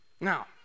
Now